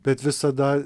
bet visada